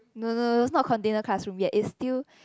no no no it's not container classroom yet it's still